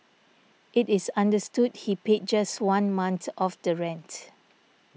it is understood he paid just one month of the rent